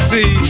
See